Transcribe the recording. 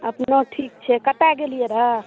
अपनो ठीक छै कतऽ गेलियै रहय